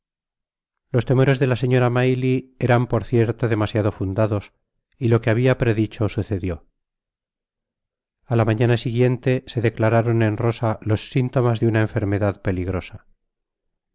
los temores de la señora maylie eran por cierto demasiado fundados y lo que había predicho sucedió a la mañana siguiente se declararon en llosa los sintomas de una enfermedad peligrosa